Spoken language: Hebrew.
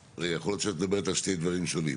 התשי"א-1951,